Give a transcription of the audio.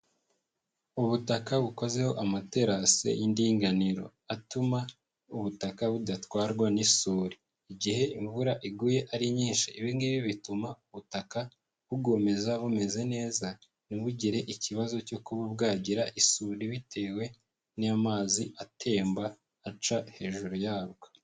Ubutaka bukozeho amaterasi y'indinganiro atuma ubutaka budatwarwa n'isuri. Igihe imvura iguye ari nyinshi ibi ngibi bituma ubutaka bukomeza bumeze neza ntibugire ikibazo cyo kuba bwagira isuri bitewe n'ayo mazi atemba aca hejuru yabwo.